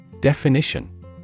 Definition